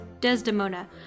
Desdemona